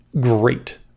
great